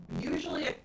usually